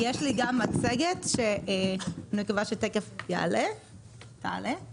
עקב עליית